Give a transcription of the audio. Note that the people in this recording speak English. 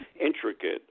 Intricate